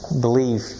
Believe